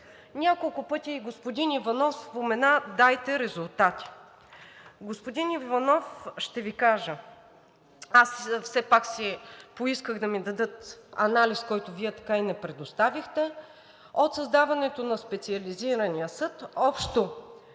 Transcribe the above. Няколко пъти господин Иванов спомена: „Дайте резултати!“ Господин Иванов, ще Ви кажа, все пак поисках да ми дадат анализ, който Вие така и не предоставихте. От създаването на Специализирания съд общо